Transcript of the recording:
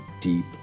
deep